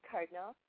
Cardinal